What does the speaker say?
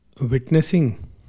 Witnessing